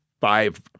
five